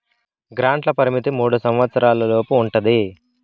గ్రాంట్ల పరిమితి మూడు సంవచ్చరాల లోపు ఉంటది